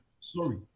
Sorry